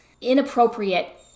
inappropriate